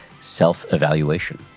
self-evaluation